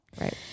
Right